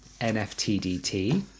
nftdt